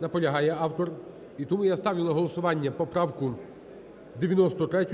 Наполягає автор. І тому я ставлю на голосування поправку 93